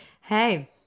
hey